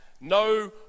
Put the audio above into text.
no